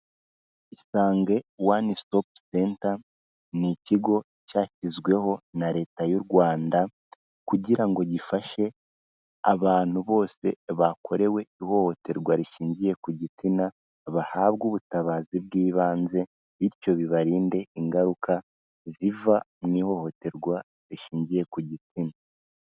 Isange wani sitopu senta, ni ikigo cyashyizweho na Leta y'u Rwanda, kugira ngo gifashe abantu bose bakorewe ihohoterwa rishingiye ku gitsina, bahabwe ubutabazi bw'ibanze, bityo bibarinde ingaruka ziva mu ihohoterwa rishingiye ku gitsina.